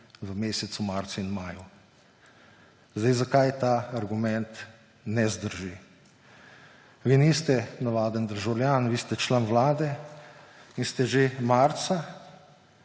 v mesecu marcu in maju. Zakaj ta argument ne zdrži? Vi niste navaden državljan, vi ste član vlade. In ste že marca,